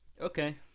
Okay